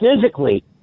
physically